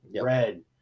red